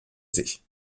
sich